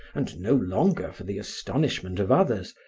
and no longer for the astonishment of others,